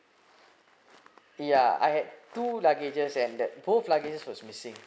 ya I had two luggages and that both luggages was missing